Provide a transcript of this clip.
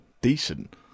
decent